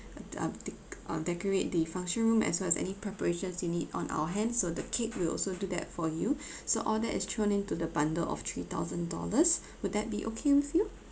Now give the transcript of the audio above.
uh decorate the function room as well as any preparations you need on our hands so the cake we'll also do that for you so all that is thrown into the bundle of three thousand dollars would that be okay with you